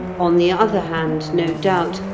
on the other hand, no doubt,